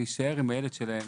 להישאר עם הילד שלהם.